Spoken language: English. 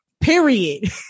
Period